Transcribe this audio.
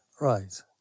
Right